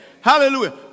hallelujah